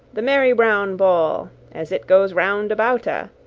the merry browne bowle, as it goes round about-a,